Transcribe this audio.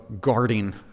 guarding